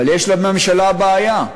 אבל יש לממשלה בעיה.